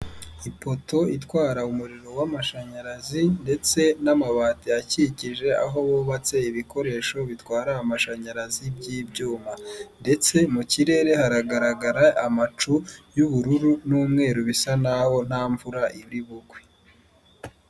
Ipoto itwara umuriro w'amashanyarazi ndetse n'amabati akikije aho bubatse ibikoresho bitwara amashanyarazi by'ibyuma ndetse mu kirere haragaragara amacu y'ubururu n'umweru bisa nahoho nta mvura iri bugwe.